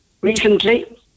recently